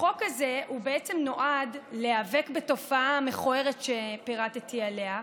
החוק הזה נועד להיאבק בתופעה המכוערת שפירטתי עליה,